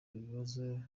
ibibazo